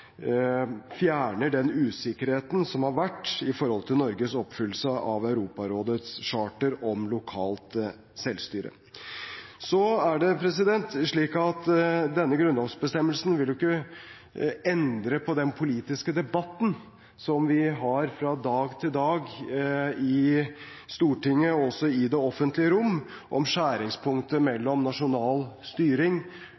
fjerner den usikkerheten som har vært når det gjelder Norges oppfyllelse av Europarådets charter om lokalt selvstyre. Så er det slik at denne grunnlovsbestemmelsen ikke vil endre på den politiske debatten som vi har fra dag til dag i Stortinget og også i det offentlige rom om skjæringspunktet